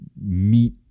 meet